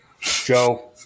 Joe